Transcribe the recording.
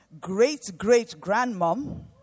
great-great-grandmom